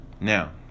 Now